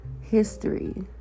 history